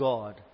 God